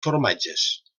formatges